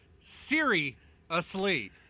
Siri-asleep